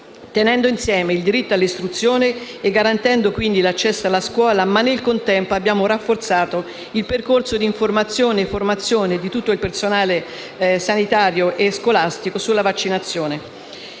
tenendo insieme il diritto all'istruzione e quindi l'accesso alla scuola. Nel contempo abbiamo rafforzato il percorso di informazione e formazione di tutto il personale sanitario e scolastico sulla vaccinazione.